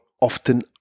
often